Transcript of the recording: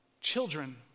Children